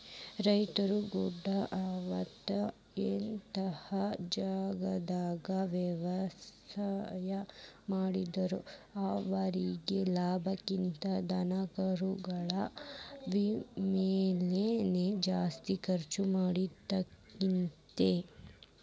ರೈತರು ಗುಡ್ಡ ಅತ್ವಾ ಎತ್ತರದ ಜಾಗಾದಾಗ ವ್ಯವಸಾಯ ಮಾಡಿದ್ರು ಅವರೇಗೆ ಲಾಭಕ್ಕಿಂತ ಧನಕರಗಳ ಮೇವಿಗೆ ನ ಜಾಸ್ತಿ ಖರ್ಚ್ ಮಾಡೋದಾಕ್ಕೆತಿ